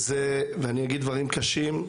אני אגיד דברים קשים,